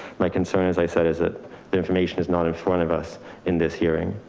my concern, as i said, is that the information is not in front of us in this hearing.